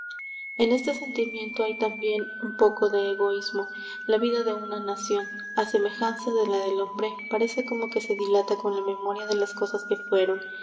en este sentimiento hay también un poco de egoísmo la vida de una nación á semejanza de la del hombre parece como que se dilata con la memoria de las cosas que fueron